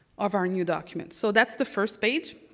of our new documents. so that's the first stage.